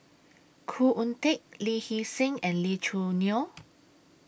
Khoo Oon Teik Lee Hee Seng and Lee Choo Neo